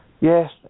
Yes